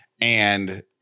And-